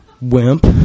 wimp